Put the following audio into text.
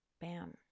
Bam